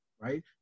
right